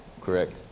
Correct